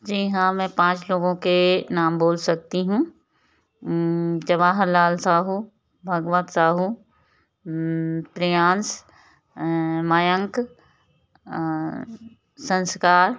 जी हाँ मैं पाँच लोगों के नाम बोल सकती हूँ जवाहरलाल साहू भगवत साहू प्रियांश मयंक संस्कार